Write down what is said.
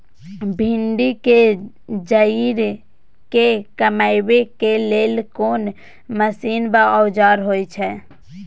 भिंडी के जईर के कमबै के लेल कोन मसीन व औजार होय छै?